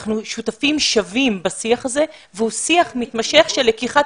אנחנו שותפים שווים בשיח הזה והוא שיח מתמשך של לקיחת